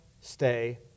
stay